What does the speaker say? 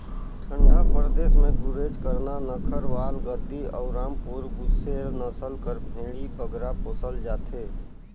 ठंडा परदेस में गुरेज, करना, नक्खरवाल, गद्दी अउ रामपुर बुसेर नसल कर भेंड़ी बगरा पोसल जाथे